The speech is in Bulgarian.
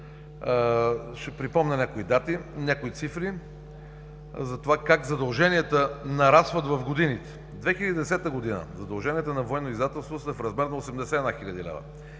Ще припомня някои цифри за това как задълженията нарастват в годините: 2010 г. задълженията на „Военно издателство“ са в размер на 81 хил.